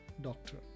doctor